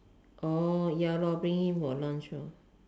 orh ya lor bring him for lunch lor